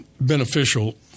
beneficial